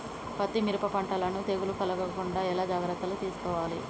పత్తి మిరప పంటలను తెగులు కలగకుండా ఎలా జాగ్రత్తలు తీసుకోవాలి?